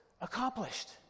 accomplished